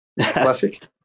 classic